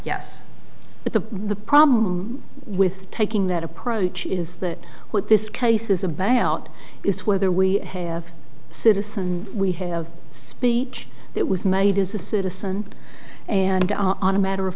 yes but the the problem with taking that approach is that what this case is a bailout is whether we have citizen we have speech that was made is a citizen and on a matter of